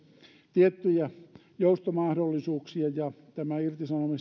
tiettyjä joustomahdollisuuksia ja